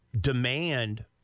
demand